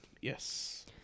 Yes